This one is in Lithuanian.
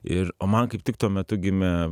ir o man kaip tik tuo metu gimė